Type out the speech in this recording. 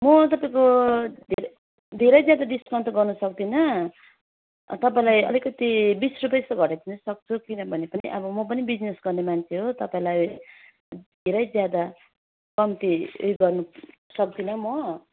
म तपाईँको धेरै धेरै ज्यादा डिस्काउन्ट त गर्नु सक्दिनँ तपाईँलाई अलिकति बिस रुपियाँ जस्तो घटाइदिनु सक्छु किनभने पनि अब म पनि बिजिनेस गर्ने मान्छे हो तपाईँलाई धेरै ज्यादा कम्ती उयो गर्नु सक्दिनँ म